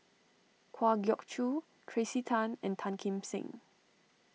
Kwa Geok Choo Tracey Tan and Tan Kim Seng